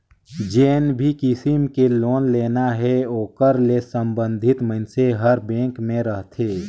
जेन भी किसम के लोन लेना हे ओकर ले संबंधित मइनसे हर बेंक में रहथे